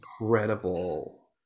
incredible